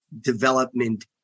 development